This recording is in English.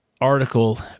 article